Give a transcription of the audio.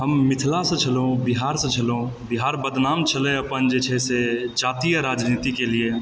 हम मिथिलासंँ छलहुँ बिहारसंँ छलहुँ बिहार बदनाम छलए अपन जे छै से जातीय राजनीतिके लिए